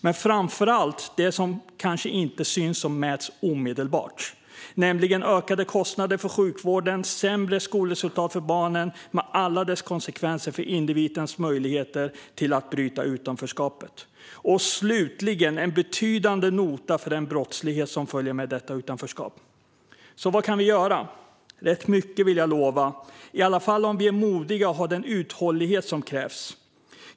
Men framför allt handlar det om sådant som kanske inte syns och mäts omedelbart, nämligen ökade kostnader för sjukvården, sämre skolresultat för barnen med alla dess konsekvenser för individens möjligheter att bryta utanförskapet och slutligen en betydande nota för den brottslighet som följer med detta utanförskap. Så vad kan vi göra? Rätt mycket, vill jag lova, i alla fall om vi är modiga och har den uthållighet som krävs.